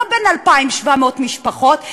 לא בין 2,700 משפחות,